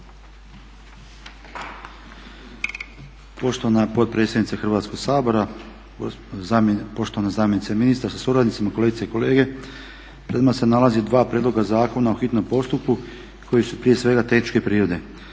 Poštovana potpredsjednice Hrvatskoga sabora, poštovana zamjenice ministra sa suradnicima, kolegice i kolege. Pred vama se nalaze dva prijedloga zakona u hitnom postupku koji su prije svega tehničke prirode.